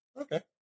Okay